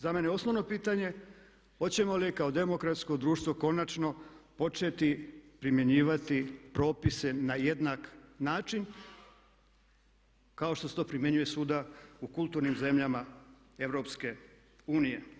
Za mene je osnovno pitanje hoćemo li kao demokratsko društvo konačno početi primjenjivati propise na jednak način kao što se to primjenjuje svuda u kulturnim zemljama EU.